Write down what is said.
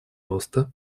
роста